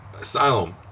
asylum